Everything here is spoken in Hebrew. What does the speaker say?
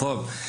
בבקשה.